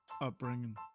upbringing